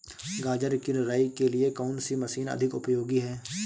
गाजर की निराई के लिए कौन सी मशीन अधिक उपयोगी है?